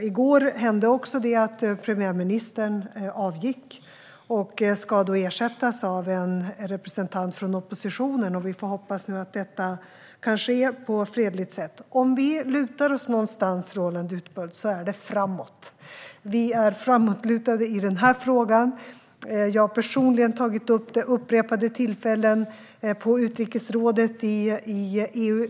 I går avgick dessutom premiärministern och ska ersättas av en representant för oppositionen. Vi får hoppas att detta kan ske på ett fredligt sätt. Om det är någonstans vi lutar oss, Roland Utbult, är det framåt. Vi är framåtlutade i den här frågan. Jag har personligen tagit upp detta vid upprepade tillfällen på utrikesrådet i EU.